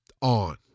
on